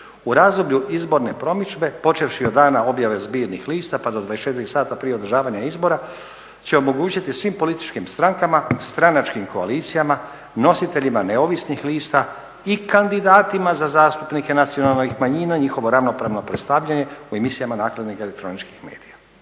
u razdoblju izborne promidžbe počevši od dana objave zbirnih lista pa do 24 sata prije održavanja izbora će omogućiti svim političkim strankama, stranačkim koalicijama, nositeljima neovisnih lista i kandidatima za zastupnike nacionalnih manjina, njihovo ravnopravno predstavljanje u emisijama nakladnika elektroničkih medija.